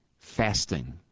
fasting